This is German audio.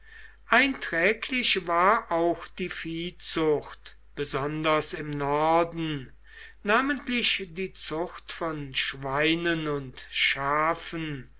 einträglich war auch die viehzucht besonders im norden namentlich die zucht von schweinen und schafen